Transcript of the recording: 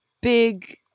big